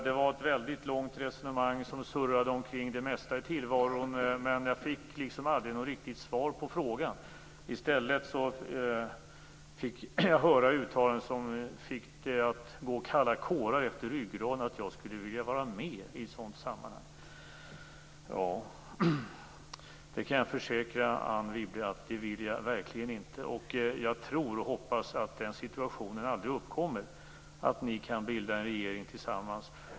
Det var ett väldigt långt resonemang, som surrade omkring det mesta i tillvaron, men jag fick aldrig något riktigt svar på frågan. I stället fick jag höra uttalanden som gjorde att det gick kalla kårar efter ryggraden, nämligen att jag skulle vilja vara med i ett sådant sammanhang. Jag kan försäkra Anne Wibble att jag verkligen inte vill det. Jag tror och hoppas att den situationen aldrig uppkommer att ni kan bilda en regering tillsammans.